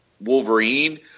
Wolverine